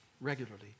regularly